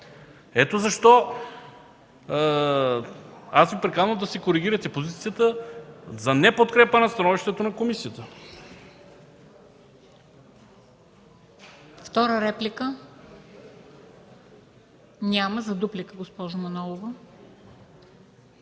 Ето защо Ви приканвам да коригирате позицията си за неподкрепа становището на комисията.